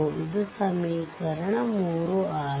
ಇದು ಸಮೀಕರಣ 3